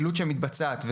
הפעילות שמתבצעת,